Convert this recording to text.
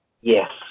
Yes